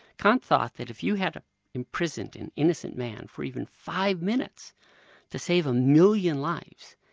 kant thought that if you had imprisoned an innocent man for even five minutes to save a million lives,